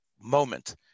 moment